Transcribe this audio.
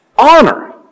Honor